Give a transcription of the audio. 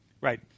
Right